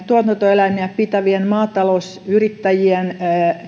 tuotantoeläimiä pitävien maatalousyrittäjien